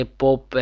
pop